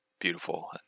beautiful